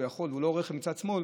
והוא לא רואה רכב מצד שמאל.